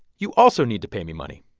you also need to pay me money.